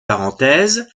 parenthèse